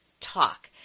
talk